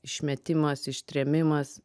išmetimas ištrėmimas